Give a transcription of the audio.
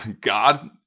God